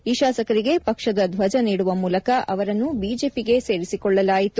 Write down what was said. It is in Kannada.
ಈ ಶಾಸಕರಿಗೆ ಪಕ್ಷದ ಧ್ಲಜ ನೀಡುವ ಮೂಲಕ ಅವರನ್ನು ಬಿಜೆಪಿಗೆ ಸೇರಿಸಿಕೊಳ್ಳಲಾಯಿತು